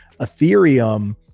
ethereum